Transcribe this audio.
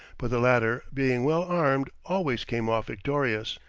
but the latter being well-armed always came off victorious.